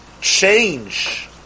change